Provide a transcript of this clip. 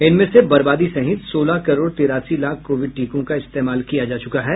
इनमें से बर्बादी सहित सोलह करोड़ तिरासी लाख कोविड टीको का इस्तेमाल किया जा चुका है